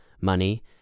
money